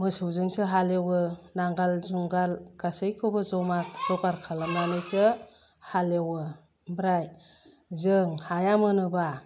मोसौजोंसो हालेवो नांगाल जुंगाल गासैखौबो ज'मा जगार खालामनानैसो हालेवो ओमफ्राय जों हाया मोनोबा